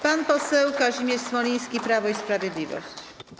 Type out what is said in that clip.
Pan poseł Kazimierz Smoliński, Prawo i Sprawiedliwość.